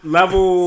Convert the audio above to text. level